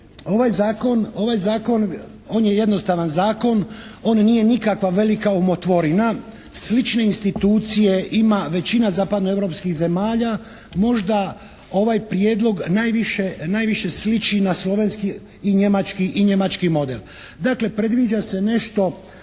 ovaj zakon, on je jednostavan zakon. On nije nikakva velika umotvorina. Slične institucije ima većina zapadnoeuropskih zemalja. Možda ovaj prijedlog najviše sliči na slovenski i njemački model. Dakle predviđa se nešto